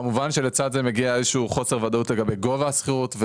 כמובן שלצד זה מגיע איזה שהוא חוסר ודאות לגבי גובה השכירות,